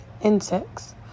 insects